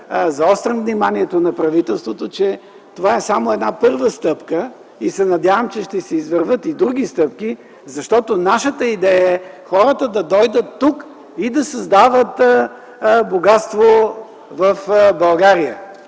Заострям вниманието на правителството, че това е само една първа стъпка. Надявам се, че ще се извървят и други стъпки, защото нашата идея е хората да дойдат тук и да създават богатство в България.